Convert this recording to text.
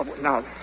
Now